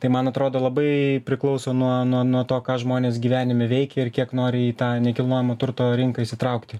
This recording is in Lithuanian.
tai man atrodo labai priklauso nuo nuo nuo to ką žmonės gyvenime veikia ir kiek nori į tą nekilnojamo turto rinką įsitraukti